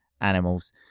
animals